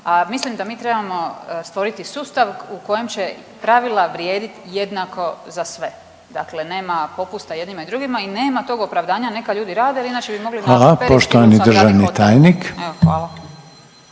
mislim da mi trebamo stvoriti sustav u kojem će pravila vrijedit jednako za sve. Dakle nema popusta jednima i drugima i nema tog opravdanja neka ljudi rade jer inače bi mogli …/Govornici govore